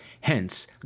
Hence